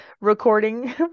recording